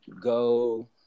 go